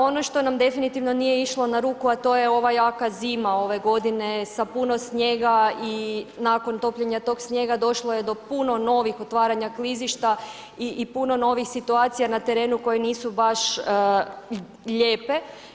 Ono što nam definitivno nije išlo na ruku, a to je ova jaka zima ove godine sa puno snijega i nakon topljenja tog snijega došlo je do puno novih otvaranja klizišta i puno novih situacija na terenu koji nisu baš lijepe.